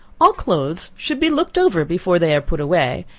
all clothes should be looked over before they are put away,